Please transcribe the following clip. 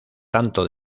tanto